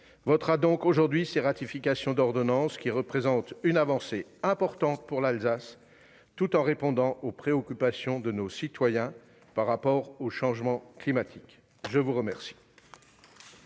votera donc aujourd'hui la ratification de ces ordonnances, qui représentent une avancée importante pour l'Alsace tout en répondant aux préoccupations de nos citoyens en matière de changement climatique. La parole